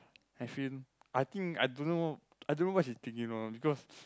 I feel I think I don't know I don't know what she thinking on because